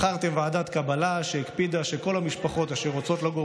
בחרתם ועדת קבלה שהקפידה שכל המשפחות אשר רוצות לגור